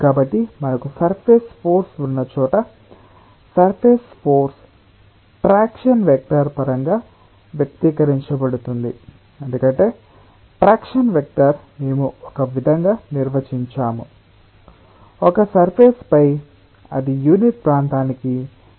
కాబట్టి మనకు surface force ఉన్నచోట సర్ఫేస్ ఫోర్స్ ట్రాక్షన్ వెక్టర్ పరంగా వ్యక్తీకరించబడుతుంది ఎందుకంటే ట్రాక్షన్ వెక్టర్ మేము ఒక విధంగా నిర్వచించాము ఒక సర్ఫేస్ పై అది యూనిట్ ప్రాంతానికి రిసల్టెంట్ ఫోర్స్ ని సూచిస్తుంది